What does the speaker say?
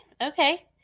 Okay